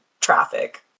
traffic